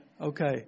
Okay